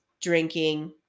drinking